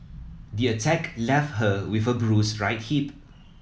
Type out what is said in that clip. the attack left her with a bruised right hip